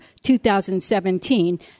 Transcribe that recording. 2017